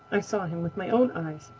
i saw him with my own eyes.